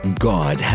God